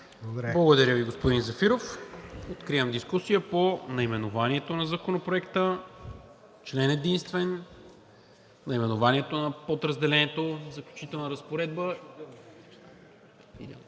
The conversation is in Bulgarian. Благодаря Ви, господин Зафиров. Откривам дискусия по наименованието на Законопроекта, член единствен, наименованието на Подразделението „Заключителна разпоредба“